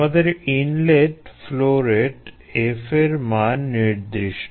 আমাদের inlet flow rate F এর মান নির্দিষ্ট